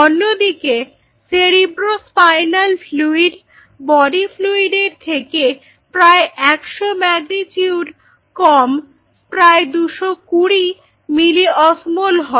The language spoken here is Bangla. অন্যদিকে সেরিব্রোস্পাইনাল ফ্লুইড বডি ফ্লুইড এর থেকে প্রায় 100 ম্যাগনিটিউড কম প্রায় 220 মিলি অস্মল হয়